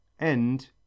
End